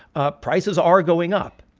ah prices are going up.